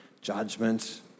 judgment